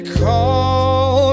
call